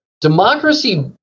Democracy